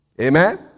Amen